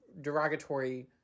derogatory